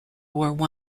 war